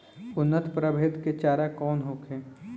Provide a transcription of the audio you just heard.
उन्नत प्रभेद के चारा कौन होखे?